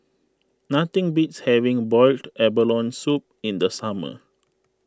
nothing beats having Boiled Abalone Soup in the summer